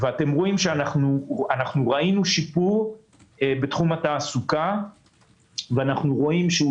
ראינו שיפור בתחום התעסוקה ואנחנו רואים שהוא